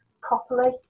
properly